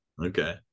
Okay